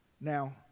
Now